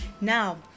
Now